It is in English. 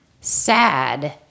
sad